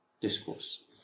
discourse